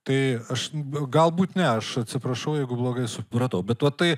tai aš galbūt ne aš atsiprašau jeigu blogai supratau bet va tai